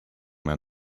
man